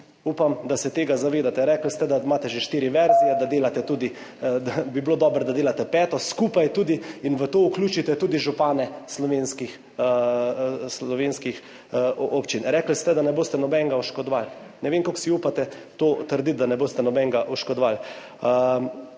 Upam, da se tega zavedate. Rekli ste, da imate že štiri verzije, da delate tudi, da bi bilo dobro, da delate peto, skupaj oziroma v to vključite tudi župane slovenskih občin. Rekli ste, da ne boste nobenega oškodovali. Ne vem, kako si upate to trditi, da ne boste nobenega oškodovali.